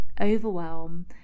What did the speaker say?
overwhelm